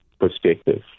perspective